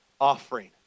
offering